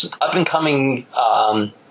up-and-coming